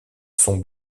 sont